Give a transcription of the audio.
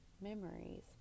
memories